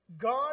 God